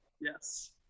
yes